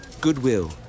Goodwill